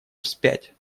вспять